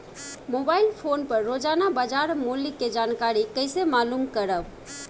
Mobile phone पर रोजाना बाजार मूल्य के जानकारी कइसे मालूम करब?